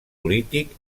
polític